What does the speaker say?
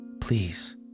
Please